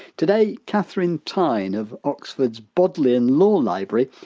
today kathryn tyne of oxford's bodleian law library,